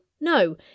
No